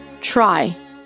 Try